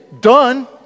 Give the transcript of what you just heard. done